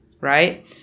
right